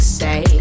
say